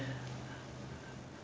不 bitter meh